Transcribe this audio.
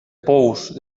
pous